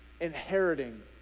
inheriting